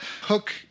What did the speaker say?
hook